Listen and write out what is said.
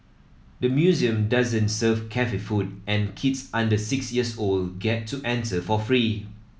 the museum doesn't serve cafe food and kids under six years old get to enter for free